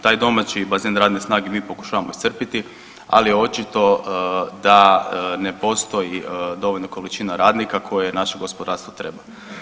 Taj domaći bazen radne snage mi pokušavamo iscrpiti, ali je očito da ne postoji dovoljna količina radnika koje naše gospodarstvo treba.